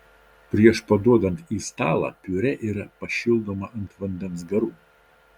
prieš paduodant į stalą piurė yra pašildoma ant vandens garų